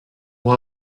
pour